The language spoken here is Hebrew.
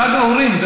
חג האורים.